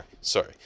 sorry